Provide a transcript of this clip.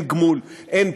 אין גמול,